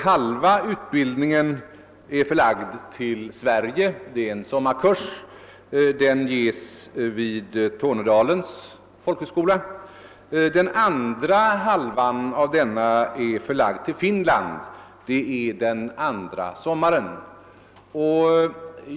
Halva utbildningen är förlagd till Sverige i en sommarkurs vid Tornedalens folkhögskola och den andra hälften till en sommarkurs i Finland.